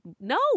no